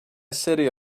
city